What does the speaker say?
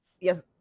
yes